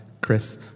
Chris